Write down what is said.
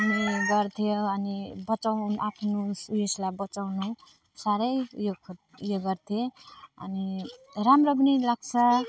अनि गर्थ्यो अनि बचाउ आफ्नो उस ऊ यसलाई बचाउनु साह्रै ऊ यो खोत ऊ यो गर्थेँ अनि राम्रो पनि लाग्छ